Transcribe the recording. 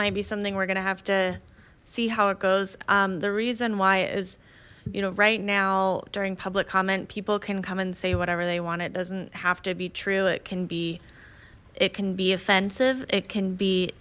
might be something we're gonna have to see how it goes the reason why is you know right now during public comment people can come and say whatever they want it doesn't have to be true it can be it can be offensive it can be